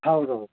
ಹೌದೌದು